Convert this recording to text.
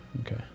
Okay